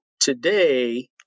today